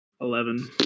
eleven